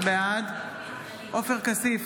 בעד עופר כסיף,